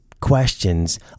questions